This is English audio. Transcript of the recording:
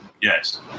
Yes